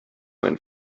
went